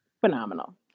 phenomenal